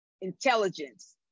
intelligence